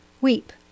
Weep